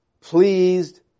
pleased